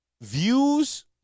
Views